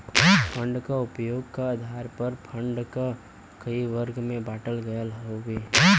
fund क उपयोग क आधार पर फण्ड क कई वर्ग में बाँटल गयल हउवे